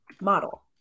model